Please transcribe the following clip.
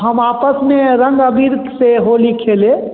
हम आपस में रंग अबीर से होली खेले